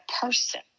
person